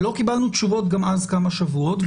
ולא קיבלנו תשובות גם אז כמה שבועות,